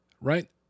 right